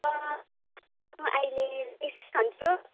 अहिले उइस खान्छु